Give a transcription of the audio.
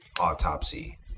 autopsy